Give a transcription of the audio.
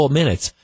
minutes